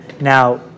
now